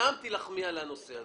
שם תילחמי על הנושא הזה.